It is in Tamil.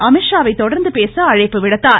அமீத்ஷாவை தொடர்ந்து பேச அழைப்பு விடுத்தார்